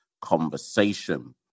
Conversation